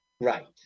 Right